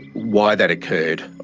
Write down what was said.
why that occurred,